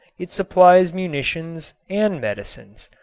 it supplies munitions and medicines.